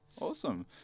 Awesome